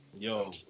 Yo